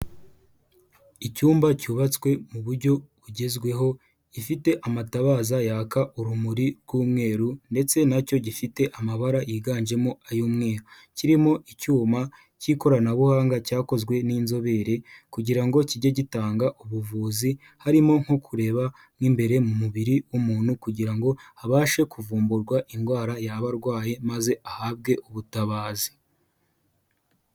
Icyumba cyubatswe mu buryo bugezweho gifite amatabaza yaka urumuri rw'umweru ndetse nacyo gifite amabara yiganjemo ay'umweru, kirimo icyuma cy'ikoranabuhanga cyakozwe n'inzobere kugira ngo kijye gitanga ubuvuzi, harimo nko kureba mu imbere mu mubiri w'umuntu, kugira ngo habashe kuvumburwa indwara yaba arwaye maze ahabwe ubutabazi.